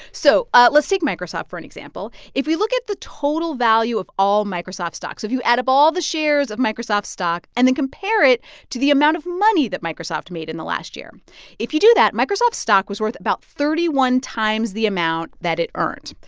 so ah let's take microsoft for an example. if we look at the total value of all microsoft stocks, if you add up all the shares of microsoft stock and then compare it to the amount of money that microsoft made in the last year if you do that, microsoft stock was worth about thirty one times the amount that it earned.